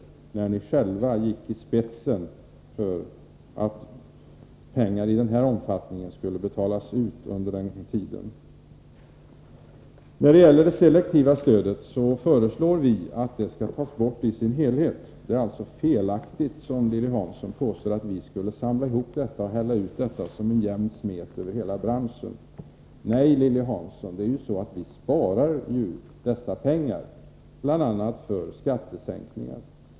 Ni gick på den tiden själva i spetsen för att pengar i den omfattningen skulle betalas ut! När det gäller det selektiva stödet vill jag påpeka att vi föreslår att det skall tas bort i sin helhet. Det är alltså felaktigt, som Lilly Hansson påstår, att vi skulle samla ihop de pengarna och hälla ut dem som en jämn smet över hela branschen. Nej, Lilly Hansson, vi spar dessa pengar, bl.a. till skattesänkningar.